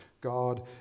God